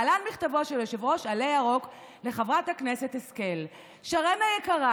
להלן מכתבו של יושב-ראש עלה ירוק לחברת הכנסת השכל: שרן היקרה,